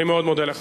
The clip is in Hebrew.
אני מאוד מודה לך.